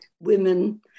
women